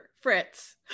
Fritz